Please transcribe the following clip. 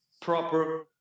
proper